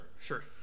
sure